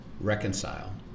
reconcile